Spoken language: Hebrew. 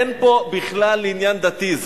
אין פה בכלל עניין דתי.